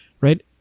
right